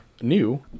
new